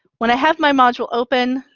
when i have my module open,